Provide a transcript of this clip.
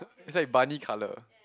is like Barney colour